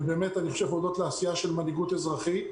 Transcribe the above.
ואני חושב שהודות לעשייה של מנהיגות אזרחית,